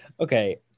Okay